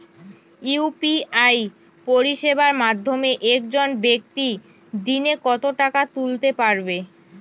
UPI পরিষেবার মাধ্যমে একজন ব্যাক্তি দিনে কত টাকা তুলতে পারবে?